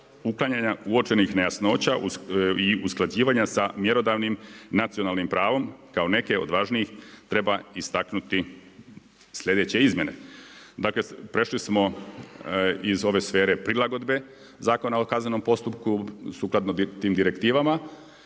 uklanjanja uočenih nejasnoća i usklađivanja sa mjerodavnim nacionalnim pravom. Kao neke od važnijih treba istaknuti sljedeće izmjene. Dakle, prešli smo iz ove sfere prilagodbe Zakona o kaznenom postupku sukladno tim direktivama